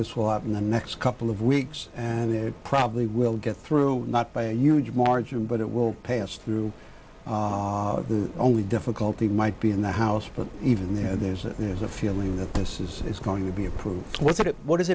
this will up in the next couple of weeks and they probably will get through not by a huge margin but it will pass through the only difficulty might be in the house but even there there's a there's a feeling that this is going to be approved what it what does